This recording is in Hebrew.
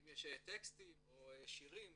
האם יש טקסטים או יש שירים.